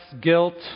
guilt